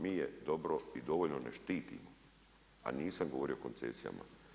Mi je dobro i dovoljno ne štitimo a nisam govorio o koncesijama.